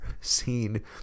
scene